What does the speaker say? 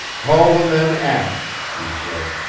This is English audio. call the men aft, he said.